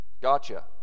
Gotcha